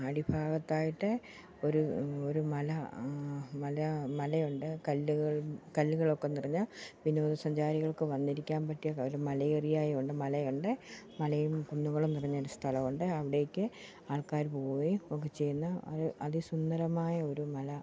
അടിഭാഗത്തായിട്ട് ഒരു ഒരു മല മല മലയുണ്ട് കല്ലുകൾ കല്ലുകളൊക്കെ നിറഞ്ഞ വിനോദസഞ്ചാരികൾക്ക് വന്നിരിക്കാൻ പറ്റിയ ഒരു മല ഏറിയായുണ്ട് മലയുണ്ട് മലയും കുന്നുകളും നിറഞ്ഞൊരു സ്ഥലമുണ്ട് അവിടേക്ക് ആൾക്കാര് പോകുകയും ഒക്കെ ചെയ്യുന്ന ഒരു അതിസുന്ദരമായൊരു മല